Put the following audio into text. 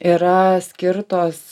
yra skirtos